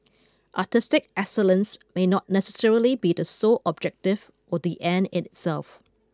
artistic excellence may not necessarily be the sole objective or the end in itself